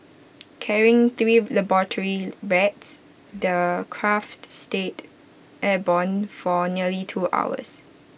carrying three laboratory rats the craft stayed airborne for nearly two hours